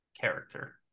character